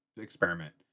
experiment